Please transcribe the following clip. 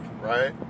right